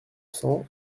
cent